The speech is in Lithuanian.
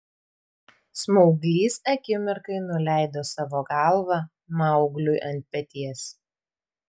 smauglys akimirkai nuleido savo galvą maugliui ant peties